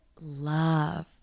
love